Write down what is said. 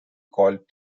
called